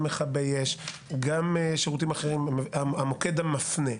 גם מכבי אש וגם שירותים אחרים; זהו המוקד המפנה.